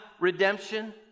redemption